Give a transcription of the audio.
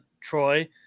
Troy